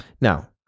Now